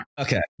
Okay